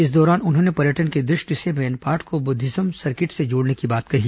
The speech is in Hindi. इस दौरान उन्होंने पर्यटन की दृष्टि से मैनपाट को बुद्विजम सर्किट से जोड़ने की बात कही